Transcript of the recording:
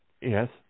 Yes